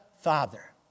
Father